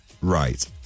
Right